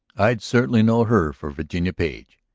i'd certainly know her for virginia page!